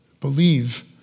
Believe